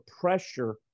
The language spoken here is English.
pressure